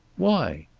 why?